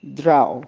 draw